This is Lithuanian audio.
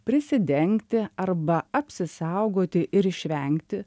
prisidengti arba apsisaugoti ir išvengti